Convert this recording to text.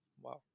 Wow